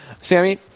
Sammy